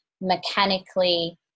mechanically